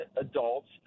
adults